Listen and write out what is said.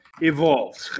evolved